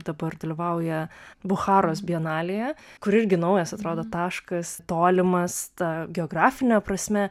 dabar dalyvauja bucharos bienalėje kur irgi naujas atrodo taškas tolimas ta geografine prasme